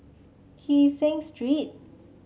Kee Seng Street